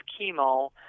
chemo